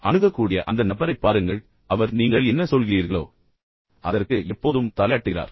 அணுகக்கூடிய அந்த நபரைப் பாருங்கள் அவர் நீங்கள் என்ன சொல்கிறீர்களோ அதற்கு எப்போதும் தலையாட்டுகிறார்